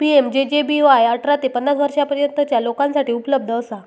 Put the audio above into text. PMJJBY अठरा ते पन्नास वर्षांपर्यंतच्या लोकांसाठी उपलब्ध असा